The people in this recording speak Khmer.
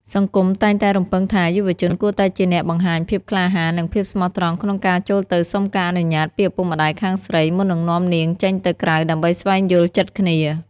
សង្គមតែងតែរំពឹងថា យុវជនគួរតែជាអ្នកបង្ហាញភាពក្លាហាន និងភាពស្មោះត្រង់ក្នុងការចូលទៅសុំការអនុញ្ញាតពីឪពុកម្ដាយខាងស្រី មុននឹងនាំនាងចេញទៅក្រៅដើម្បីស្វែងយល់ចិត្តគ្នា។